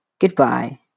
Goodbye